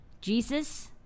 Jesus